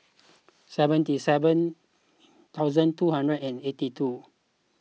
seventy seven thousand two hundred and eighty two